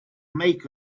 make